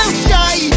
sky